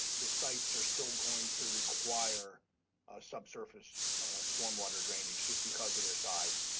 the sites are still going to require subsurface stormwater drainage just because of their size.